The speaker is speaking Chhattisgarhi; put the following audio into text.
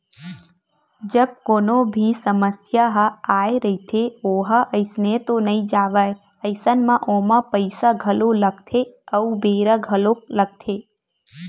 जब कोनो भी समस्या ह आय रहिथे ओहा अइसने तो नइ जावय अइसन म ओमा पइसा घलो लगथे अउ बेरा घलोक लगथे